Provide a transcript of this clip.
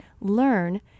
learn